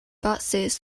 buses